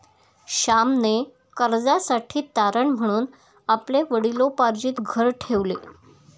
श्यामने कर्जासाठी तारण म्हणून आपले वडिलोपार्जित घर ठेवले